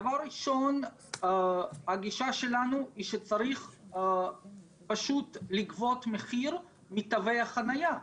דבר ראשון הגישה שלנו היא שצריך פשוט לגבות מחיר מתווי החניה,